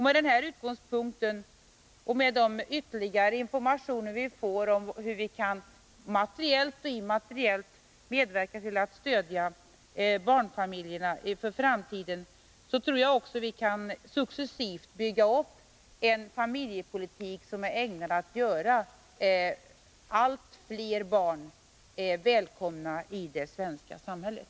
Med den här utgångspunkten och med de ytterligare informationer vi får om hur vi materiellt och immateriellt kan medverka till att stödja barnfamiljerna för framtiden tror jag också att vi successivt kan bygga upp en familjepolitik som är ägnad att göra allt fler barn välkomna i det svenska samhället.